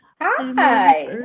hi